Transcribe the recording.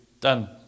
done